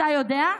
אתה יודע?